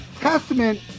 Testament